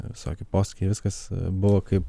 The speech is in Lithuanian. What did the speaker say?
visokie posūkiai viskas buvo kaip